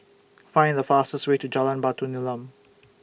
Find The fastest Way to Jalan Batu Nilam